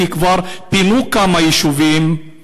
הרי כבר פינו כמה יישובים,